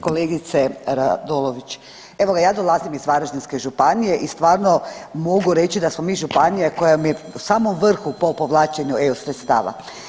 Kolegice Radolović, evo ga ja dolazim iz Varaždinske županije i stvarno mogu reći da smo mi županija koja je u samom vrhu po povlačenu EU sredstava.